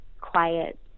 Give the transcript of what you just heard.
quiet